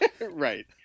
Right